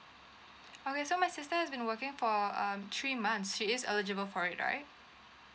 okay so my sister has been working for um three months she is eligible for it right